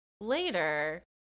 later